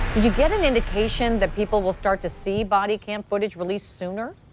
get an indication that people will start to see body. cam footage released sooner.